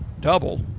Double